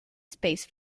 space